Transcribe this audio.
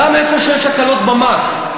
גם איפה שיש הקלות במס.